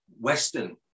Western